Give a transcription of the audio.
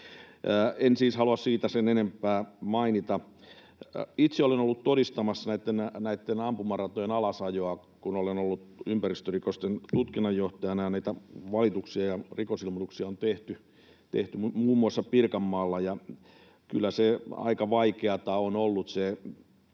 En siis halua siitä sen enempää mainita. Itse olen ollut todistamassa näitten ampumaratojen alasajoa, kun olen ollut ympäristörikosten tutkinnanjohtajana, ja niitä valituksia ja rikosilmoituksia on tehty muun muassa Pirkanmaalla. Kyllä se reserviläisten